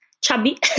chubby